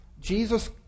Jesus